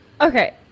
Okay